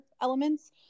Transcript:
elements